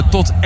Tot